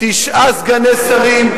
29 שרים, תשעה סגני שרים.